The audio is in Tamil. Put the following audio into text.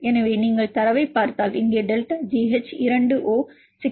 எனவே நீங்கள் தரவைப் பார்த்தால் இங்கே டெல்டா ஜி எச் 2 ஓ 6